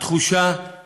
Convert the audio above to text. התחושה היא